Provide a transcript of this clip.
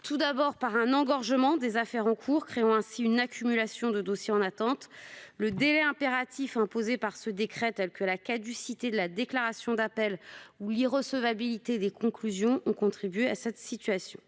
en provoquant un engorgement des affaires en cours, ce qui a engendré une accumulation des dossiers en attente. Le délai impératif imposé par ce décret, sanctionné par la caducité de la déclaration d'appel ou l'irrecevabilité des conclusions, a contribué à cette situation.